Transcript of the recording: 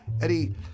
Eddie